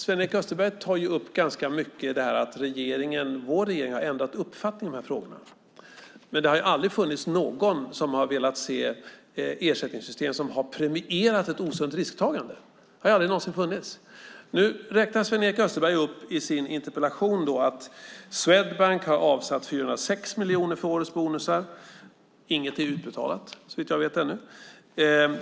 Sven-Erik Österberg tar upp ganska mycket detta att vår regering har ändrat uppfattning i de här frågorna. Men det har ju aldrig någonsin funnits någon som har velat se ett ersättningssystem som har premierat ett osunt risktagande. Nu räknar Sven-Erik Österberg upp i sin interpellation att Swedbank har avsatt 406 000 000 för årets bonusar. Inget är utbetalat, såvitt jag vet, ännu.